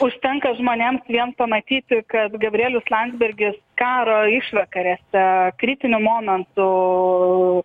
užtenka žmonėms vien pamatyti kad gabrielius landsbergis karo išvakarėse kritiniu momentu